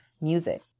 music